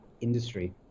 industry